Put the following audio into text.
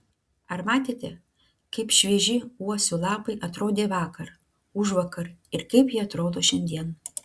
ar matėte kaip švieži uosių lapai atrodė vakar užvakar ir kaip jie atrodo šiandien